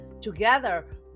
Together